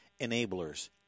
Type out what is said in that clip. enablers